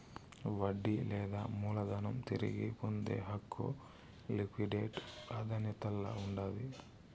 వడ్డీ లేదా మూలధనం తిరిగి పొందే హక్కు లిక్విడేట్ ప్రాదాన్యతల్ల ఉండాది